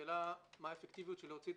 השאלה היא מה האפקטיביות של להוציא את